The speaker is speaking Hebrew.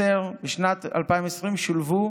בשנת 2020 שולבו